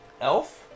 Elf